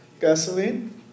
Gasoline